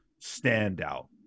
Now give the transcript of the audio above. standout